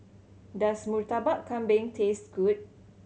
does Murtabak Kambing taste good